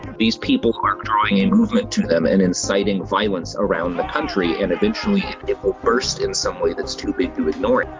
these people, who are drawing a movement to them, and inciting violence around the country, and eventually it will burst in some way that's too big to ignore.